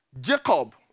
Jacob